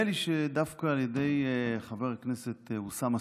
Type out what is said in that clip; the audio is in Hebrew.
על זכויות